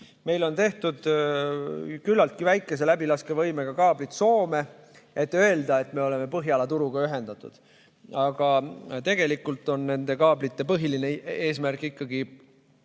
Meil on tehtud küllaltki väikese läbilaskevõimega kaablid Soome, et öelda, et me oleme Põhjala turuga ühendatud. Aga tegelikult on nende kaablite põhiline eesmärk luua